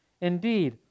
Indeed